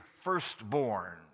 firstborn